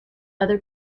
other